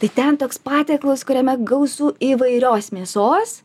tai ten toks patiekalas kuriame gausu įvairios mėsos